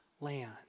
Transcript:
land